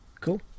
Cool